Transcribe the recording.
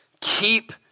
Keep